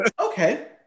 okay